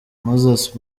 moses